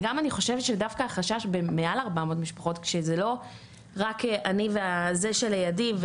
וגם אני חושבת שדווקא החשש במעל 400 משפחות כשזה לא רק אני וזה שלידי,